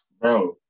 Bro